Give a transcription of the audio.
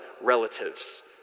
relatives